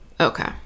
Okay